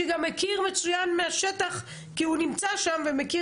שגם מכיר מצוין מהשטח כי הוא נמצא שם ומכיר